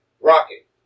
Rocket